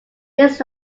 his